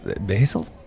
Basil